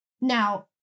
now